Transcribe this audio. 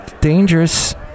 Dangerous